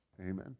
Amen